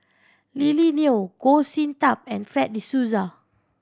Lily Neo Goh Sin Tub and Fred De Souza